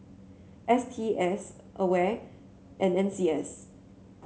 S T S Aware and N C S